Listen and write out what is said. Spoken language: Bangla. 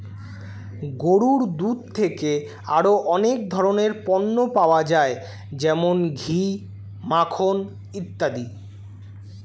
গরুর দুধ থেকে আরো অনেক ধরনের পণ্য পাওয়া যায় যেমন ঘি, মাখন ইত্যাদি